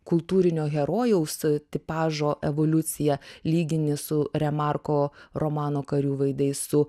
kultūrinio herojaus tipažo evoliuciją lygini su remarko romano karių veidai su